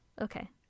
Okay